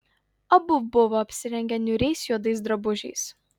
abu buvo apsirengę niūriais juodais drabužiais